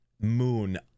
Moon